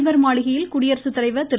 அதிபர் மாளிகையில் குடியரசுத்தலைவர் திரு